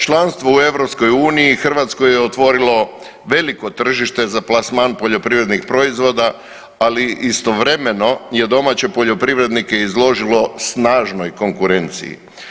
Članstvo u EU Hrvatskoj je otvorilo veliko tržište za plasman poljoprivrednih proizvoda, ali istovremeno je domaće poljoprivrednike izložilo snažnoj konkurenciji.